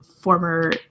former